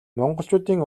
монголчуудын